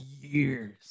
years